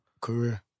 career